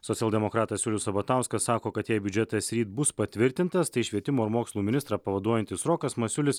socialdemokratas julius sabatauskas sako kad jei biudžetas ryt bus patvirtintas tai švietimo ir mokslo ministrą pavaduojantis rokas masiulis